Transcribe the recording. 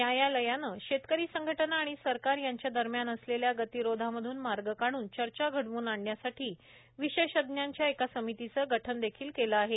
न्यायालयान शेतकरी संघटना आणि सरकार यांच्या दरम्यान असलेल्या गतिरोधमधून मार्ग काढून चर्चा घडवून आणण्यासाठी विशेषज्ञाच्या एका समितीच गठन देखील केले आहे